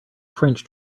french